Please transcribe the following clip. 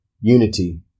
Unity